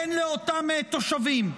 אין לאותם תושבים,